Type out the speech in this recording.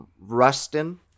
Rustin